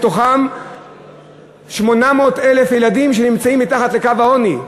מתוכם 800,000 ילדים שנמצאים מתחת לקו העוני.